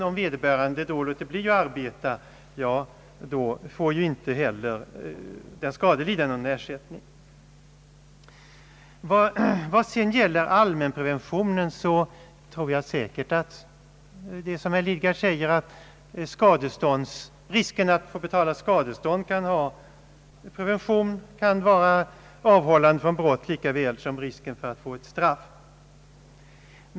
Om vederbörande låter bli att arbeta, får ju inte heller den skadelidande någon ersättning. Vad sedan gäller allmänpreventionen så tror jag visserligen att det förhåller sig som herr Lidgard säger, nämligen att risken att få betala skadestånd kan verka avhållande från brott likaväl som risken för att få ett straff.